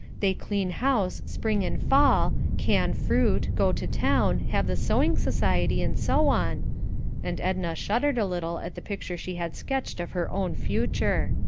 they clean house spring and fall, can fruit, go to town, have the sewing society, and so on and edna shuddered a little at the picture she had sketched of her own future.